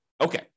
Okay